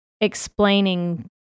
explaining